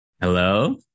hello